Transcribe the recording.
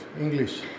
English